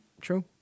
true